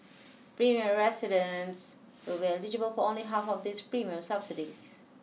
residents will be eligible for only half of these premium subsidies